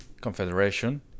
Confederation